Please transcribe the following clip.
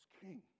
king